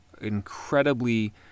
incredibly